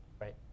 right